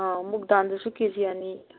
ꯑꯥ ꯃꯨꯛ ꯗꯥꯜꯗꯨꯁꯨ K G ꯑꯅꯤ